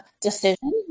decision